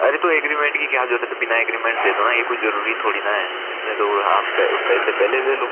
अरे तो एग्रीमेंट की क्या जरूरत है बिना एग्रीमेंट दे दो ना ये कोई जरुरी थोड़ी ना है मैं तो वो आप पैसे पहले लो